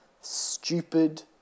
stupid